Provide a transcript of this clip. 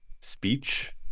speech